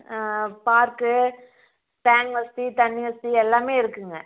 park bank வசதி தண்ணி வசதி எல்லாமே இருக்குதுங்க